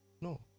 no